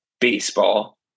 baseball